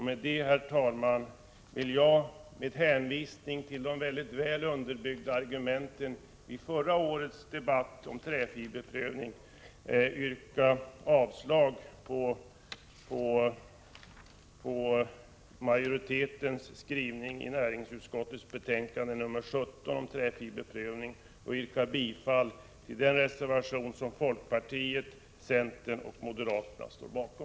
Med detta, herr talman, yrkar jag — under hänvisning till de mycket väl underbyggda argumenten i förra årets debatt om träfiberprövning — avslag på majoritetens förslag i näringsutskottets betänkande 17 om träfiberprövning och bifall till den reservation som folkpartiet, centern och moderaterna står bakom.